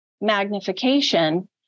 magnification